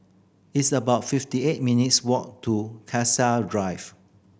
it's about fifty eight minutes' walk to Cassia Drive